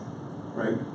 right